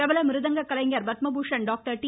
பிரபல மிருதங்க கலைஞர் பத்மபூஷன் டாக்டர் டி